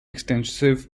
extensive